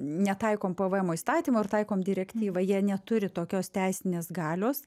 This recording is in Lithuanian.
netaikom pvmo įstatymo ir taikom direktyvą jie neturi tokios teisinės galios